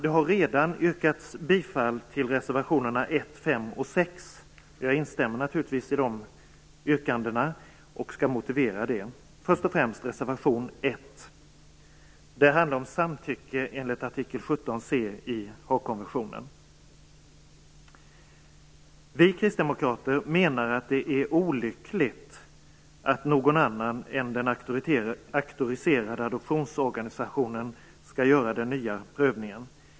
Det har redan yrkats bifall till reservationerna 1, 5 och 6. Jag instämmer naturligtvis i dessa yrkanden och skall motivera det. Först och främst gäller det reservation 1. Den handlar om samtycke enligt artikel 17.c i Haagkonventionen. Vi kristdemokrater menar att det är olyckligt att någon annan än den auktoriserade adoptionsorganisationen skall göra den nya prövningen.